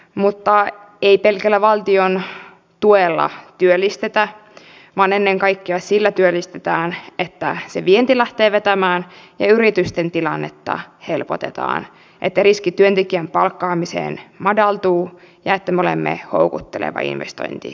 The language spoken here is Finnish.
mutta ei pelkällä valtion tuella työllistetä vaan ennen kaikkea työllistetään sillä että se vienti lähtee vetämään ja yritysten tilannetta helpotetaan että riski työntekijän palkkaamiseen madaltuu ja että me olemme houkutteleva investointiympäristö